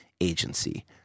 agency